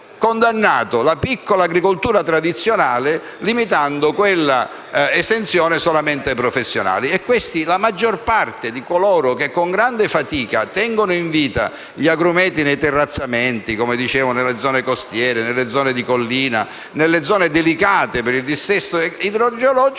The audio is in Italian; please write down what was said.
la piccola agricoltura tradizionale, limitando quella esenzione solamente agli agricoltori professionali. La maggior parte di coloro che con grande fatica tengono in vita gli agrumeti nei terrazzamenti, nelle zone costiere, nelle zone di collina, nelle zone delicate per il dissesto idrogeologico